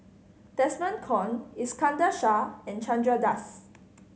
Desmond Kon Iskandar Shah and Chandra Das